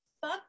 fuck